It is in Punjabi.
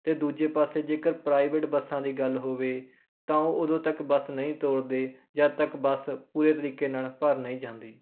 ਦੂਜੇ ਪਾਸੇ ਜੇਕਰ ਪ੍ਰਾਈਵੇਟ ਬੱਸਾਂ ਦੀ ਗੱਲ ਹੋਵੇ ਤਾਂ ਉਹ ਉਦੋਂ ਤੱਕ ਬੱਸ ਨਹੀਂ ਤੋਰਦੇ ਜਦ ਤੱਕ ਬੱਸ ਪੂਰੇ ਤਰੀਕੇ ਨਾਲ਼ ਭਰ ਨਹੀਂ ਜਾਂਦੀ